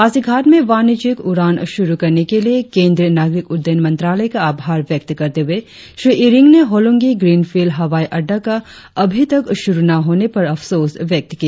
पासीघाट में वाणिज्यिक उड़ान शुरु करने के लिए केंद्रीय नाग़रिक उड़डयन मंत्रालय का आभार व्यक्त करते हुए श्री इरिंग ने होलोगी ग्रीनफिल्ड हवाई अड़डा का अभी तक शुरु न होने पर अफसोस व्यक्त किया